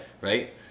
Right